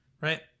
right